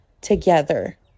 together